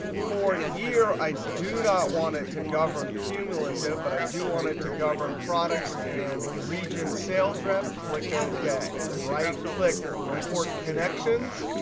for year, i do not want it to govern cumulative, but i do want it to govern products and regionsalesrep. click ok. right click, report connections.